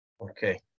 Okay